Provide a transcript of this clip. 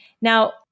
Now